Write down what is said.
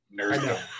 nerd